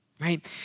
Right